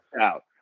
out